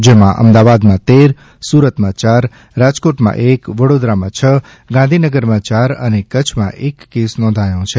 જેમાં અમદાવાદમાં તેર સુરતમાં યાર રાજકોટમાં એક વડોદરામાં છ ગાંધીનગરમાં યાર અને કચ્છમાં એક કેસ નોધાયો છે